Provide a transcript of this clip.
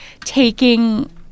taking